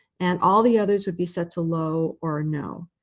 and all the others would be set to low or no.